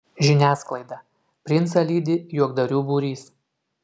žiniasklaida princą lydi juokdarių būrys